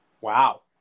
Wow